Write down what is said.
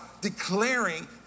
declaring